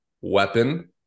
weapon